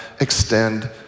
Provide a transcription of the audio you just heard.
extend